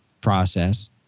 process